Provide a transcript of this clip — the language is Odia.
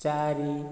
ଚାରି